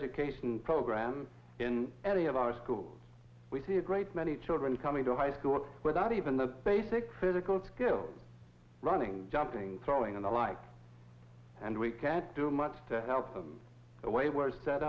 education program in any of our schools we see a great many children come into high school without even the basic physical skills running jumping throwing in the light and we can't do much to help the way w